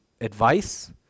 advice